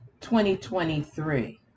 2023